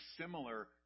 similar